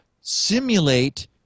simulate